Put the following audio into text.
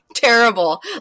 terrible